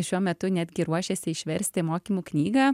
šiuo metu netgi ruošėsi išversti mokymų knygą